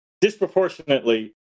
disproportionately